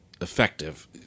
effective